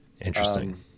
Interesting